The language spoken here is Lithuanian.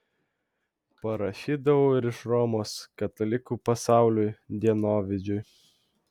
parašydavau ir iš romos katalikų pasauliui dienovidžiui